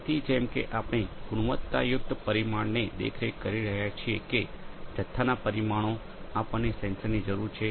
તેથી જેમ કે આપણે ગુણવત્તાયુક્ત પરિમાણને દેખરેખ કરી રહ્યા છીએ કે જથ્થાના પરિમાણો આપણને સેન્સરની જરૂર છે